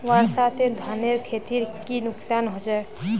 वर्षा से धानेर खेतीर की नुकसान होचे?